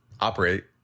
operate